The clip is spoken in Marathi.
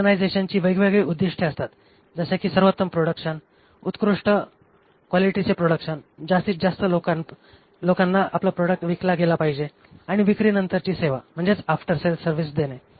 ऑर्गनायझेशनची वेगवेगळी उद्दिष्टे असतात जसे की सर्वोत्तम प्रोडक्शन उत्कृष्ट क्वालिटीचे प्रोडक्शन जास्तीतजास्त लोकांन आपला प्रोडक्ट विकला गेला पाहिजे किंवा विक्रीनंतरची सेवा देणे